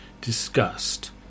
discussed